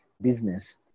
business